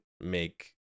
make